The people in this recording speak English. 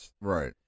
Right